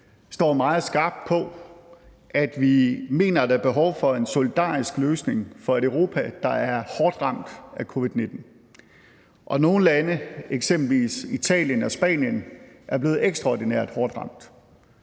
står meget skarpt på, at vi mener, at der er behov for en solidarisk løsning for et Europa, der er hårdt ramt af covid-19. Nogle lande, eksempelvis Italien og Spanien, er blevet ekstraordinært hårdt ramt.